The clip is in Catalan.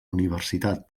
universitat